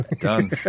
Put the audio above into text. done